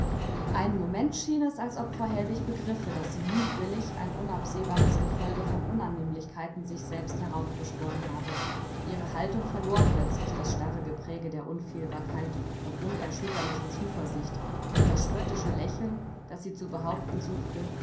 einen moment schien es als ob frau hellwig begriffe daß sie mutwillig ein unabsehbares gefolge von unannehmlichkeiten sich selbst heraufbeschworen habe ihre haltung verlor plötzlich das starre gepräge der unfehlbarkeit und unerschütterlichen zuversicht und das spöttische lächeln das sie zu behaupten suchte